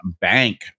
bank